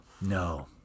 no